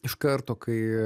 iš karto kai